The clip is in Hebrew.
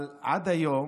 אבל עד היום,